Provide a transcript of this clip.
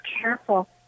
careful